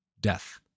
Death